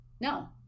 No